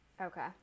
Okay